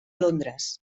londres